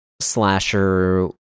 slasher